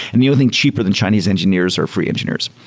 and the only thing cheaper than chinese engineers are free engineers.